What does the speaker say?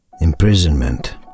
imprisonment